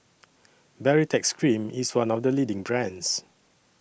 Baritex Cream IS one of The leading brands